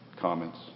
comments